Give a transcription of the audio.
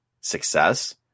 success